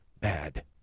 bad